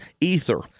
ether